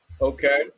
okay